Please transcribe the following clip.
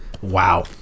Wow